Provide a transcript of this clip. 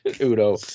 Udo